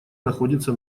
находится